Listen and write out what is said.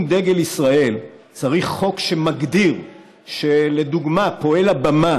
אם דגל ישראל צריך חוק שקובע לדוגמה שפועל הבמה